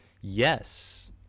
yes